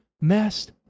messed